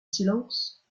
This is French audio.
silence